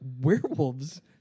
werewolves